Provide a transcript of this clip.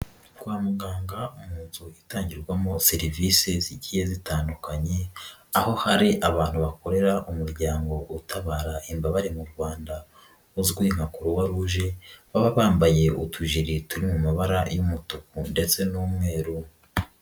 Kwa muganga mu nzu itangirwamo serivisi zigiye zitandukanye aho hari abantu bakorera umuryango utabara imbabare mu Rwanda uzwi nka Croix Rouge baba bambaye utujiri turi mu mabara y'umutuku ndetse n'umweru.